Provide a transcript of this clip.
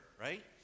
right